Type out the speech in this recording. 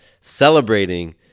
celebrating